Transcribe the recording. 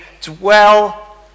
dwell